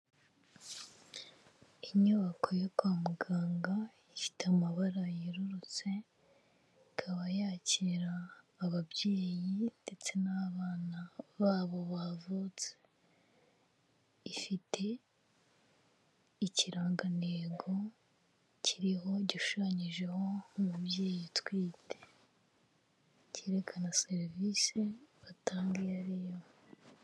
Inyubako yo kwa muganga ifite amabara yerurutse ikaba yakira ababyeyi ndetse n'abana babo bavutse, ifite ikirangantego kiriho gishushanyijeho umubyeyi utwite, kerekana serivisi batanga iyo ari yo.